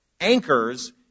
anchors